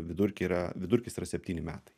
vidurkiai yra vidurkis yra septyni metai